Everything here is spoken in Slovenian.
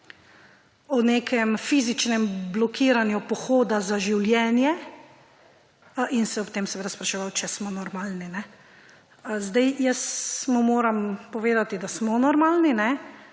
o nekem fizičnem blokiranju Pohoda za življenje in se ob tem seveda spraševal, če smo normalni. Jaz mu moram povedati, da smo normalni,